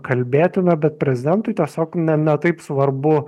kalbėti na bet prezidentui tiesiog ne ne taip svarbu